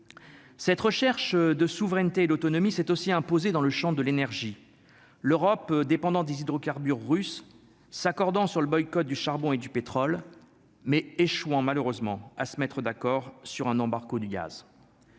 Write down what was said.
cette recherche de souveraineté et l'autonomie s'est aussi imposé dans le Champ de l'énergie, l'Europe dépendants des hydrocarbures russes s'accordant sur le boycott du charbon et du pétrole mais échouant malheureusement à se mettre d'accord sur un embargo du gaz